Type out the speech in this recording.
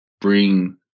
bring